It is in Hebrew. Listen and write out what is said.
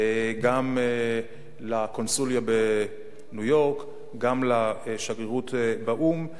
גם לקונסוליה בניו-יורק וגם לשגרירות באו"ם.